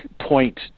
point